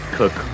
cook